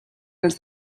els